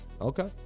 Okay